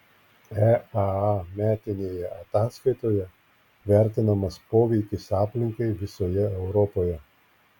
eaa metinėje ataskaitoje vertinamas poveikis aplinkai visoje europoje